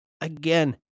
Again